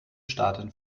staaten